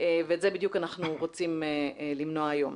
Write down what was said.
ואת זה בדיוק אנחנו רוצים למנוע היום.